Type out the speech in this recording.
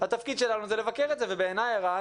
התפקיד שלנו הוא לבקר את זה, ובעיניי, ערן